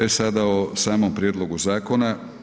E sada o samom prijedlogu zakona.